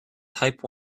type